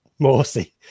Morsi